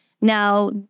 Now